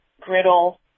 griddle